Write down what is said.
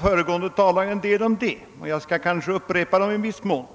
föregående talare har sagt en del om det, och jag skall kanske i viss mån upprepa vad de sagt.